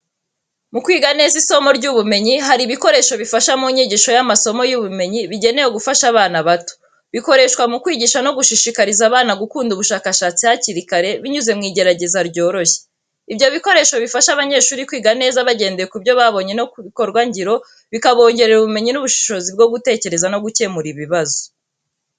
Mu kwiga neza isomo ry'ubumenyi hari ibikoresho bifasha mu nyigisho y'amasomo y'ubumenyi bigenewe gufasha abana bato. Bikoreshwa mu kwigisha no gushishikariza abana gukunda ubushakashatsi hakiri kare, binyuze mu igerageza ryoroshye. Ibyo bikoresho bifasha abanyeshuri kwiga neza bagendeye ku byo babonye no ku bikorwangiro, bikabongerera ubumenyi n’ubushobozi bwo gutekereza no gukemura ibibazo.